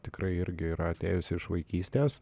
tikrai irgi yra atėjusi iš vaikystės